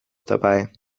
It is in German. dabei